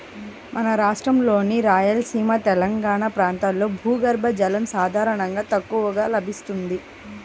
మన రాష్ట్రంలోని రాయలసీమ, తెలంగాణా ప్రాంతాల్లో భూగర్భ జలం సాధారణంగా తక్కువగా లభిస్తుంది